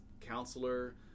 counselor